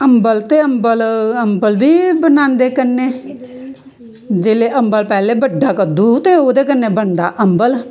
अम्बल ते अम्बल बी बनांदे कन्नै जेल्लै अम्बल पैह्लें बड्डा कद्दू ते ओह्दे कन्नै बनदा अम्बल